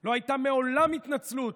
לא הייתה מעולם התנצלות.